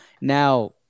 Now